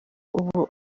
ubu